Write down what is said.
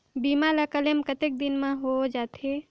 बीमा ला क्लेम कतेक दिन मां हों जाथे?